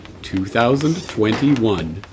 2021